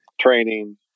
Training